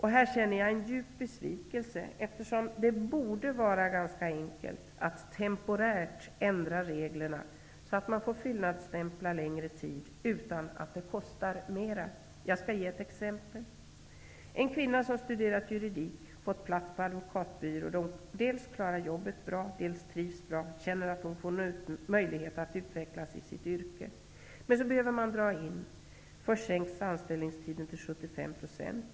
Här känner jag en djup besvikelse. Det borde vara ganska enkelt att temporärt ändra reglerna så att man får fyllnadsstämpla längre tid utan att det kostar mera. Jag skall ge ett exempel. En kvinna som har studerat juridik får en plats på en advokatbyrå. Dels klarar hon jobbet bra, dels trivs hon bra och känner att hon får möjlighet att utvecklas i sitt yrke. Men så behöver företaget göra indragningar. Först sänks anställningens omfattning till 75 %.